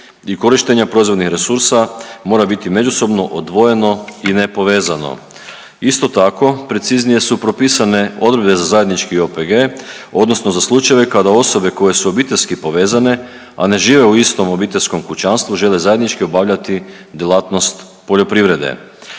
i korištenje proizvodnih resursa mora biti međusobno odvojeno i nepovezano. Isto tako, preciznije su propisane odredbe za zajednički OPG, odnosno za slučajeve koje su obiteljski povezane, a ne žive u istoj obiteljskom kućanstvu, žele zajednički obavljati djelatnost poljoprivrede.